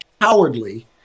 cowardly